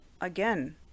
again